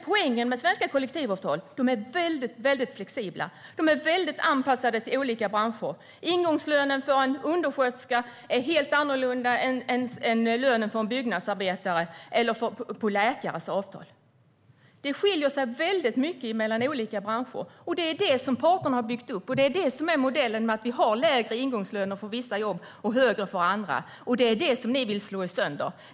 Poängen med svenska kollektivavtal är att de är väldigt flexibla och anpassade till olika branscher. Ingångslönen för en undersköterska är helt annorlunda än ingångslönen för en byggnadsarbetare eller för en läkare. Det skiljer sig väldigt mycket mellan olika branscher. Det är det som parterna har byggt upp, och det är det som är modellen med lägre ingångslöner för vissa jobb och högre för andra jobb. Det vill ni slå sönder.